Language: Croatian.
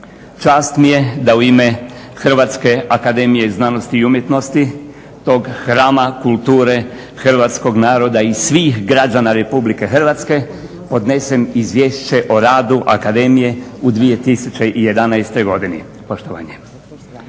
Čast mi je da u ime Hrvatske akademije znanosti i umjetnosti, tog hrama kulture Hrvatskog naroda i svih građana Republike Hrvatske podnesem Izvješće o radu Akademije u 2011. godini. Naime,